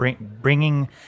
bringing